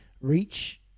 reach